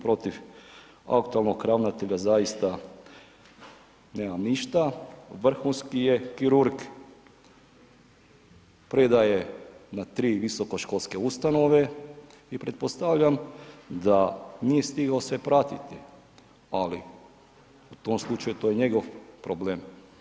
Protiv aktualnog ravnatelja zaista nemam ništa, vrhunski je kirurg, predaje na tri visokoškolske ustanove i pretpostavljam da nije stigao sve pratiti, ali u tom slučaju to je njegov problem.